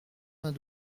vingt